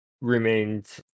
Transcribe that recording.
remains